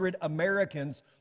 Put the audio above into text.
Americans